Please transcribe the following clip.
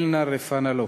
"אל נא רפא נא לה".